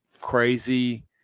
crazy